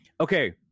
Okay